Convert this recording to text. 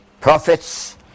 prophets